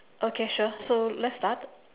okay sure so let's start